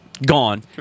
Gone